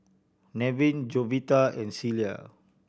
Nevin Jovita and Celia